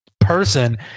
person